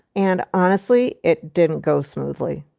and honestly, it didn't go smoothly.